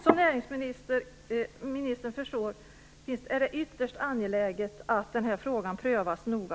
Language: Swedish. Som näringsministern förstår är det ytterst angeläget att denna fråga prövas noga.